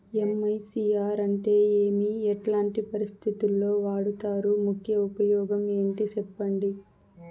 MICR అంటే ఏమి? ఎట్లాంటి పరిస్థితుల్లో వాడుతారు? ముఖ్య ఉపయోగం ఏంటి సెప్పండి?